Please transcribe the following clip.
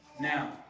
now